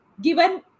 given